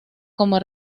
como